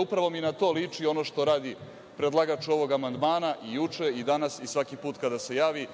Upravo mi na to liči ono što radi predlagač ovog amandmana i juče i danas i svaki put kada se javi,